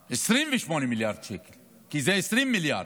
228 מיליארד שקל, כי זה 20 מיליארד.